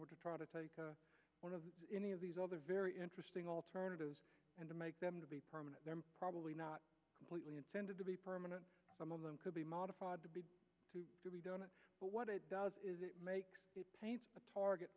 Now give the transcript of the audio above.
were to try to take a one of any of these other very interesting alternatives and to make them to be permanent probably not completely intended to be permanent some of them could be modified to be to be done but what it does is it makes it a target